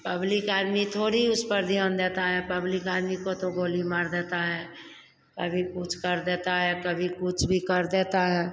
public आदमी थोड़ी उस पर ध्यान देता है पब्लिक आदमी को तो गोली मार देता है कभी कुछ कर देता है कभी कुछ भी कर देता है